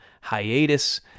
hiatus